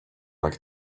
like